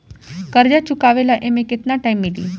कर्जा चुकावे ला एमे केतना टाइम मिली?